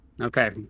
Okay